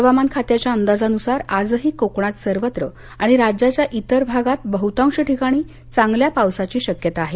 हवामान खात्याच्या अंदाजानुसार आजही कोकणात सर्वत्र आणि राज्याच्या इतर भागात बहृतांश ठिकाणी चांगल्या पावसाची शक्यता आहे